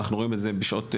אנחנו יודעים את זה גם בשגרה.